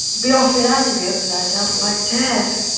be awfully nice of you, but i don't like to ask.